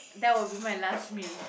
that would be my last meal